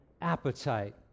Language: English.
appetite